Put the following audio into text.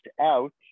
out